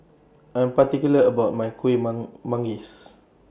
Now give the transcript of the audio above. I Am particular about My Kuih Manggis